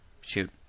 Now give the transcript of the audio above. Shoot